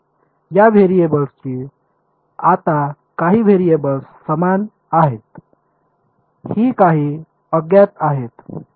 या व्हेरिएबल्सची आता काही व्हेरिएबल्स समान आहेत ही काही अज्ञात आहेत